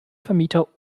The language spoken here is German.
vermieter